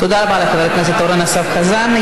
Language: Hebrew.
תודה רבה לחבר הכנסת אורן אסף חזן.